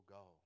go